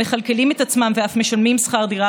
המכלכלים את עצמם ואף משלמים שכר דירה